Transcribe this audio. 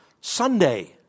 Sunday